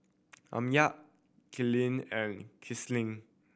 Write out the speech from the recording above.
Amya Coleen and Kinsley